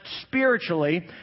spiritually